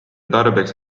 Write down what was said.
tarbeks